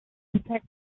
protect